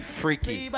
freaky